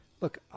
look